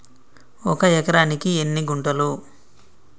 ఒక ఎకరానికి ఎన్ని గుంటలు?